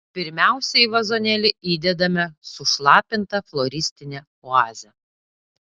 pirmiausia į vazonėlį įdedame sušlapintą floristinę oazę